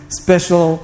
special